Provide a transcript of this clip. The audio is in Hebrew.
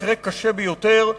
מקרה קשה ביותר.